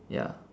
ya